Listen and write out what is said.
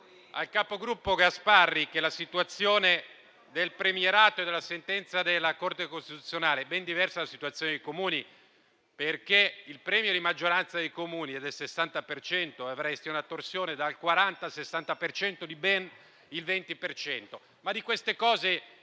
Ricordo al capogruppo Gasparri che la situazione del premierato e della sentenza della Corte costituzionale è ben diversa dalla situazione dei Comuni, perché il premio di maggioranza dei Comuni è del 60 per cento. Si avrebbe una torsione dal 40 al 60 per cento di